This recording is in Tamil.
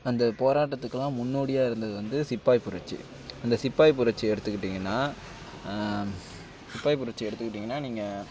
அந்த போராட்டத்துக்கெலாம் முன்னோடியாக இருந்தது வந்து சிப்பாய் புரட்சி அந்த சிப்பாய் புரட்சி எடுத்துக்கிட்டிங்கன்னால் சிப்பாய் புரட்சி எடுத்துக்கிட்டிங்கன்னால் நீங்கள்